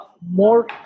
more